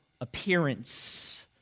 appearance